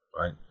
Right